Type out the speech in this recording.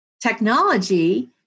technology